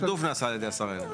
התעדוף נעשה על ידי שר האנרגיה.